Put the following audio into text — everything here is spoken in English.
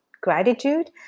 gratitude